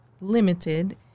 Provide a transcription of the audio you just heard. limited